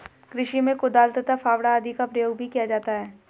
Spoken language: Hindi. कृषि में कुदाल तथा फावड़ा आदि का प्रयोग भी किया जाता है